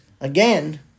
Again